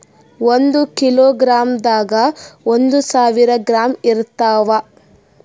ಒಂದ್ ಕಿಲೋಗ್ರಾಂದಾಗ ಒಂದು ಸಾವಿರ ಗ್ರಾಂ ಇರತಾವ